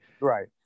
Right